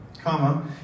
comma